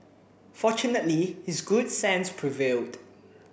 fortunately his good sense prevailed